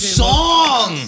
song